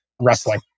wrestling